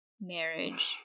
marriage